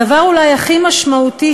הדבר הכי משמעותי,